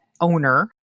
owner